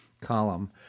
column